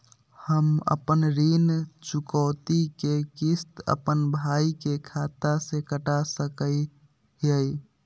हम अपन ऋण चुकौती के किस्त, अपन भाई के खाता से कटा सकई हियई?